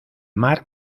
mar